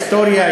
היסטוריה,